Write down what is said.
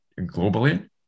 globally